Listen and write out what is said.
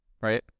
right